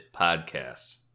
podcast